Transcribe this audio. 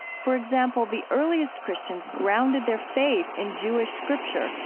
for example, the earliest christians grounded their faith in jewish scripture,